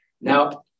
Now